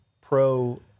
pro